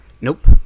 Nope